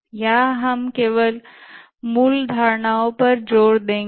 यहां हम केवल मूल अवधारणाओं पर जोर देंगे